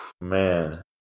man